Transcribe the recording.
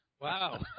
Wow